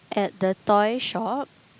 at the toy shop